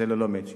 זה ללא "מצ'ינג".